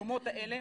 למקומות האלה.